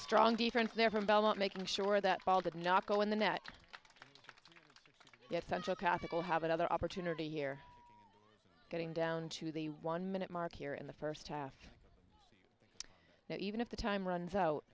strong different there from belmont making sure that ball did not go in the net yet central capital have another opportunity year getting down to the one minute mark here in the first half now even if the time runs out